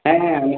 হ্যাঁ হ্যাঁ আমি